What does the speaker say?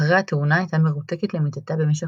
אחרי התאונה הייתה מרותקת למיטתה במשך